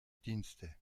dienste